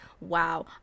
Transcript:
wow